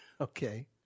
Okay